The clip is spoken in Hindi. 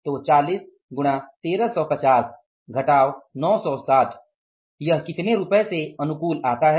तो 40 गुणा 1350 घटाव 960 यह कितने रूपए से अनुकूल आता है